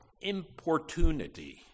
importunity